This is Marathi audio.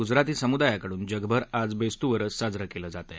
गुजराती समुदायाकडून जगभर आज बेस्तु वरस साजरं केलं जात आहे